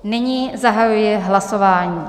Nyní zahajuji hlasování.